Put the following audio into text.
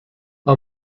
how